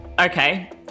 Okay